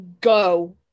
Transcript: go